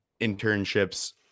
internships